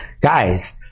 guys